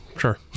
sure